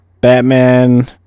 Batman